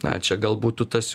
na čia gal būtų tas